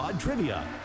Trivia